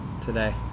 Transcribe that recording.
today